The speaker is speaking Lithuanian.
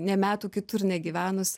nė metų kitur negyvenus